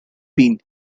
been